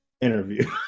interview